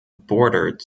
bordered